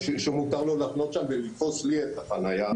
שמותר לו לחנות שם ולתפוס לי את החניה?